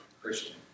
Christian